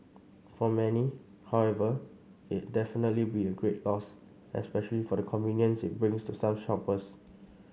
for many however it definitely be a great loss especially for the convenience it brings to some shoppers